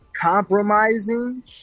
compromising